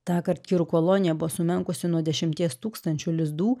tąkart kirų kolonija buvo sumenkusi nuo dešimties tūkstančių lizdų